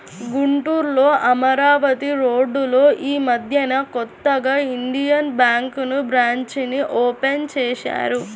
గుంటూరులో అమరావతి రోడ్డులో యీ మద్దెనే కొత్తగా ఇండియన్ బ్యేంకు బ్రాంచీని ఓపెన్ చేశారు